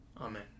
Amen